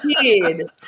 kid